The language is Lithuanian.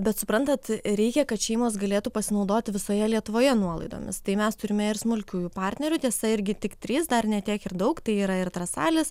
bet suprantat reikia kad šeimos galėtų pasinaudoti visoje lietuvoje nuolaidomis tai mes turime ir smulkiųjų partnerių tiesa irgi tik trys dar ne tiek ir daug tai yra ir trasalis